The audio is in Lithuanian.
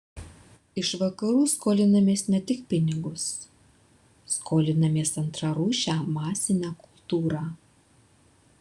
iš vakarų skolinamės ne tik pinigus skolinamės antrarūšę masinę kultūrą